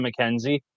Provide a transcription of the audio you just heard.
McKenzie